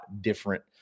different